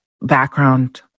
background